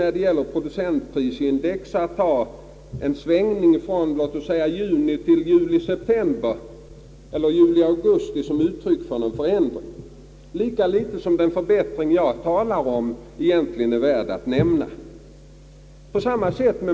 När det gäller producentprisindex kan man inte ta en svängning från låt mig säga juni till juli eller juli till augusti som uttryck för någon förändring; lika litet som den förbättring jag talar om egentligen är värd att nämna.